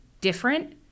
different